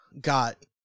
got